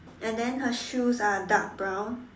and then her shoes are dark brown